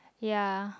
ya